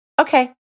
Okay